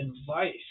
advice